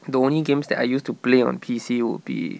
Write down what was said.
the only games that I used to play on P_C would be